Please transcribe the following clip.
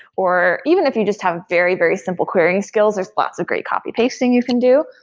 or even if you just have very, very simple querying skills, there's lots of great copy-pasting you can do.